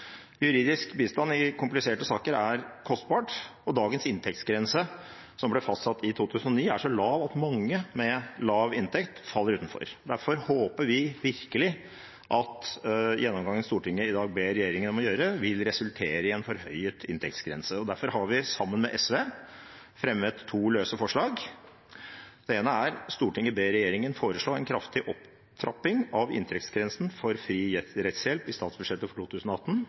Juridisk bistand i kompliserte saker er kostbart, og dagens inntektsgrense, som ble fastsatt i 2009, er så lav at mange med lav inntekt faller utenfor. Derfor håper vi virkelig at gjennomgangen som Stortinget i dag ber regjeringen om å gjøre, vil resultere i en forhøyet inntektsgrense. Derfor har vi, sammen med SV, fremmet to løse forslag. Det ene er: «Stortinget ber regjeringen foreslå en kraftig opptrapping av inntektsgrensen for fri rettshjelp i statsbudsjettet for 2018.»